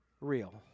real